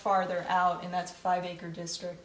farther out in that five acre district